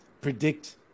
predict